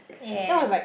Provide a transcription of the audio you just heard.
yes